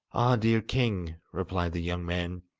dear king replied the young man,